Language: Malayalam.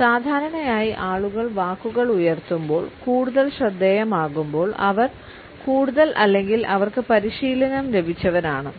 സാധാരണയായി ആളുകൾ വാക്കുകൾ ഉയർത്തുമ്പോൾ കൂടുതൽ ശ്രദ്ധേയമാകുമ്പോൾ അവർ കൂടുതൽ അല്ലെങ്കിൽ അവർക്ക് പരിശീലനം ലഭിച്ചവരാണ്